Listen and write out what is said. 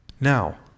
Now